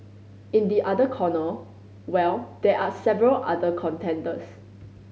in the other corner well there are several other contenders